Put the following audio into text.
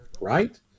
right